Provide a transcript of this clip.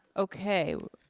okay,